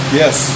yes